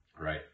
Right